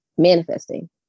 Manifesting